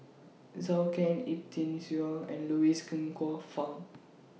Zhou Can Ip Tung Yiu and Louis Ng Kok Fun